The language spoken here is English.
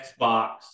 Xbox